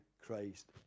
Christ